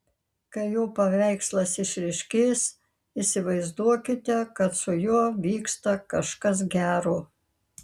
kai jo paveikslas išryškės įsivaizduokite kad su juo vyksta kažkas gero